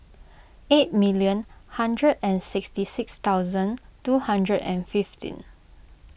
eight million one hundred and sixty six thousand two hundred and fifteen